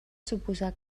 suposar